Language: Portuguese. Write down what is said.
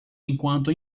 enquanto